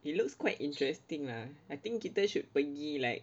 it looks quite interesting lah I think kita should pergi like